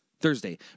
Thursday